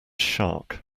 shark